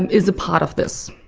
is a part of this.